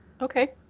Okay